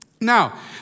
Now